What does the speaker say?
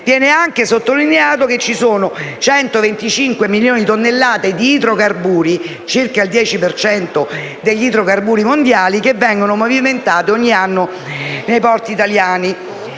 viene anche sottolineato che ci sono 125 milioni di tonnellate di idrocarburi, circa il 10 per cento degli idrocarburi mondiali, che vengono movimentati ogni anno nei porti italiani.